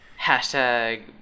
Hashtag